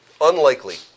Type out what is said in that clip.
unlikely